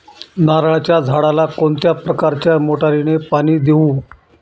नारळाच्या झाडाला कोणत्या प्रकारच्या मोटारीने पाणी देऊ?